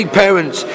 parents